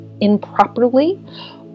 improperly